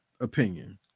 opinion